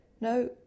No